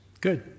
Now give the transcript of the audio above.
Good